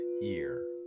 year